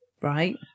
Right